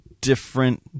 different